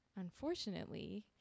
unfortunately